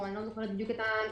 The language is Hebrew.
או אני לא זוכרת בדיוק את המינוח,